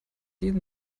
jeden